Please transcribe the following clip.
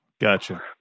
Gotcha